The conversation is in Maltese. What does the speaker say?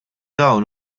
dawn